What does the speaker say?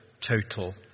total